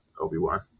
Obi-Wan